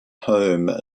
home